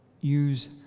use